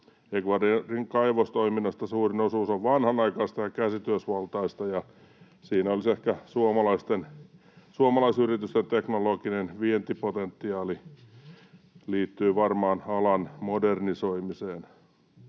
Ecuadorin kaivostoiminnasta suurin osuus on vanhanaikaista ja käsityövaltaista, ja siinä olisi ehkä suomalaisyrityksillä teknologista vientipotentiaalia liittyen varmaan alan modernisoimiseen.